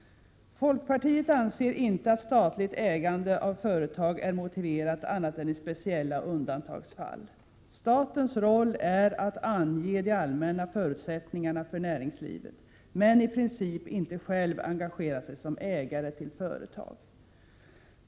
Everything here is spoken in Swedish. Folkpartiet anser inte att statligt ägande av företag är motiverat annat än i speciella undantagsfall. Statens roll är att ange de allmänna förutsättningarna för näringslivet men att i princip inte själv engagera sig som ägare till företag.